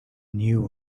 new